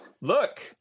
look